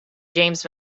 james